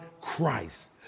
Christ